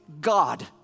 God